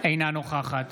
אינה נוכחת